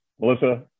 Melissa